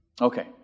Okay